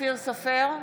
בעד אורית מלכה סטרוק,